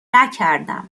نکردم